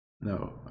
No